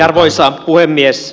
arvoisa puhemies